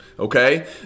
Okay